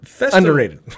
Underrated